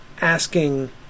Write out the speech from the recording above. asking